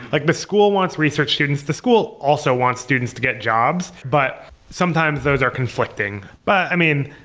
like the school wants research students. the school also wants students to get jobs. but sometimes those are conflicting. but i mean,